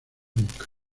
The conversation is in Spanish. nunca